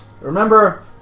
Remember